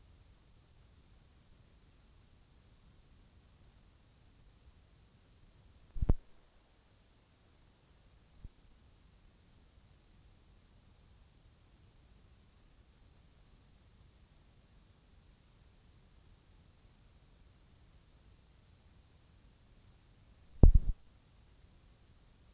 De mäter ju inte ens en persons intellektuella förmåga, utan bara en människas prestation i ett visst ämne under en bestämd tid.